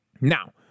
Now